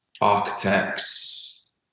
Architects